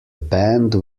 band